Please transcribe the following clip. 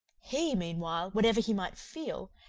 he, meanwhile, whatever he might feel,